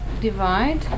divide